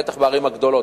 בטח בערים הגדולות,